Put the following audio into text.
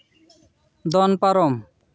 ᱫᱚᱱ ᱯᱟᱨᱚᱢ